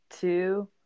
two